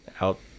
out